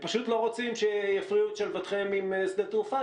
ואתם פשוט לא רוצים שיפריעו את שלוותכם עם שדה תעופה,